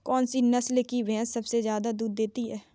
कौन सी नस्ल की भैंस सबसे ज्यादा दूध देती है?